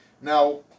now